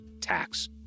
tax